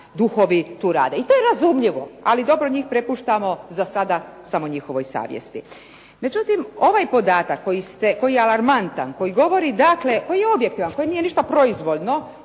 duhovi tu rad, i to je razumljivo. Ali dobro njih prepuštamo za sada samo njihovoj savjesti. Međutim, ovaj podatak koji je alarmantan, koji je objektivan koji nije ništa proizvoljno,